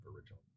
original